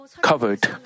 covered